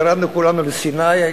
ירדנו כולנו לסיני,